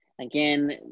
again